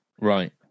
right